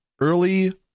early